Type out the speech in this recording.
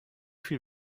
viel